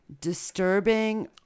disturbing